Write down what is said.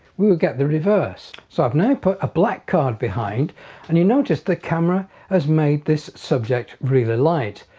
we will get the reverse. so i've now put a black card behind and you notice the camera has made this subject really light.